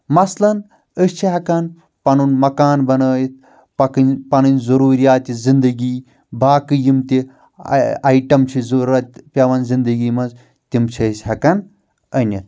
مثلاً اسۍ چھِ ہیٚکان پنُن مکان بنٲیِتھ پکٕنۍ پنٕنۍ ضروٗرِیاتہِ زنٛدگی باقٕے یِم تہِ آی ایٹم چھِٕ ضرورت پٮ۪وان زنٛدگی منٛز تِم چھِ أسۍ ہیٚکان أنِتھ